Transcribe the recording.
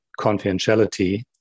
confidentiality